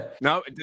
no